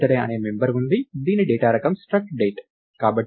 birthday అనే member ఉంది దీని డేటా రకం struct date